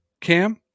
Cam